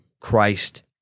Christ